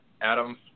Adam